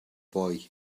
boy